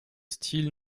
style